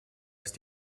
ist